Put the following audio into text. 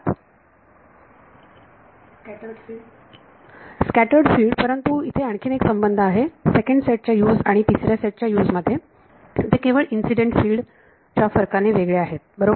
विद्यार्थी scattered field scattered field परंतु इथे आणखीन एक संबंध आहे सेकंड सेट च्या U's आणि तिसऱ्या सेटच्या U's मध्ये ते केवळ इन्सिडेंट फिल्ड फरकाने वेगळे आहेत बरोबर